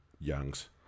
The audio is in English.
Youngs